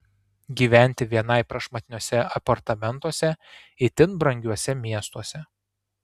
gyventi vienai prašmatniuose apartamentuose itin brangiuose miestuose